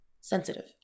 sensitive